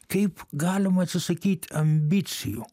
kaip galima atsisakyt ambicijų